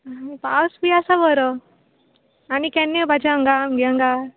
पावस बी आसा बरो आनी केन्ना येवपाचे हांगा आमगे हांगा